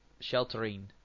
Sheltering